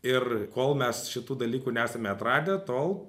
ir kol mes šitų dalykų nesame atradę tol